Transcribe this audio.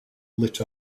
lit